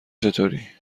چطوری